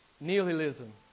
nihilism